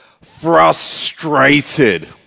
Frustrated